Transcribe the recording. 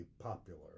popular